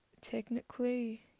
technically